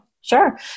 Sure